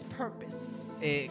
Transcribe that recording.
purpose